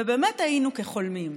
ובאמת היינו כחולמים.